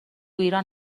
ایران